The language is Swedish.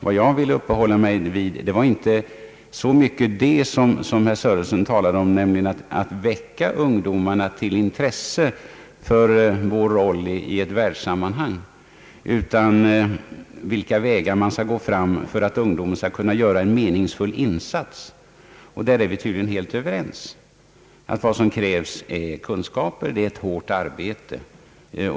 Vad jag vill uppehålla mig vid är inte så mycket det som herr Sörenson talade om, nämligen att väcka ungdomarnas intresse för vår roll i ett världssammanhang, utan att utröna vilka vägar man skall gå fram för att ungdomarna skall kunna göra en meningsfylld insats. Där är vi tydligen fullt överens om att vad som krävs är kunskaper och hårt arbete.